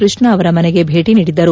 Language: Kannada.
ಕೃಷ್ಣಾ ಅವರ ಮನೆಗೆ ಭೇಟಿ ನೀಡಿದ್ದರು